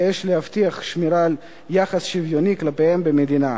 ויש להבטיח שמירה על יחס שוויוני כלפיהם במדינה,